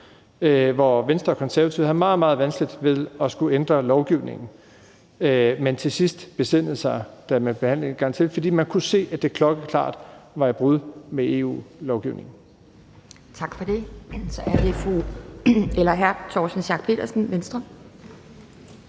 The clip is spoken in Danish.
hvor Venstre og Konservative havde meget, meget vanskeligt ved at skulle ændre lovgivningen, men til sidst besindede sig, da man behandlede det en gang til, fordi man kunne se, at det var et klokkeklart brud med EU-lovgivningen.